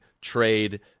trade